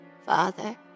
Father